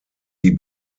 die